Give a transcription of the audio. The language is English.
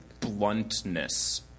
bluntness